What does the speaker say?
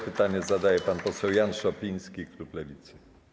Pytanie zadaje pan poseł Jan Szopiński, klub Lewicy.